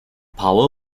power